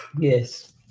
yes